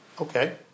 Okay